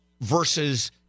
versus